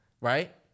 Right